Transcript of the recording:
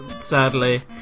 sadly